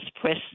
press